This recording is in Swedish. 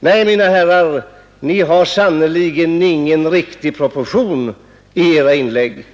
Nej, mina herrar, ni har sannerligen ingen riktig proportion i era inlägg.